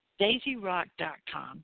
daisyrock.com